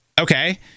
okay